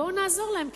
בואו נעזור להן,